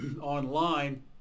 online